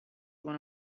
one